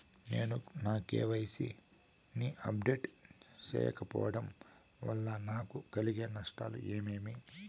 నేను నా కె.వై.సి ని అప్డేట్ సేయకపోవడం వల్ల నాకు కలిగే నష్టాలు ఏమేమీ?